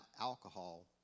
alcohol